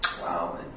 Wow